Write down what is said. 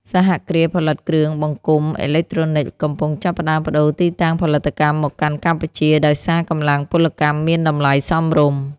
សហគ្រាសផលិតគ្រឿងបង្គុំអេឡិចត្រូនិកកំពុងចាប់ផ្តើមប្តូរទីតាំងផលិតកម្មមកកាន់កម្ពុជាដោយសារកម្លាំងពលកម្មមានតម្លៃសមរម្យ។